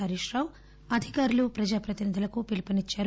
హరీష్ రావు అధికారులు ప్రజాప్రతినిధులకు పిలుపునిచ్చారు